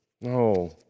No